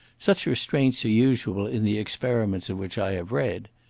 such restraints are usual in the experiments of which i have read.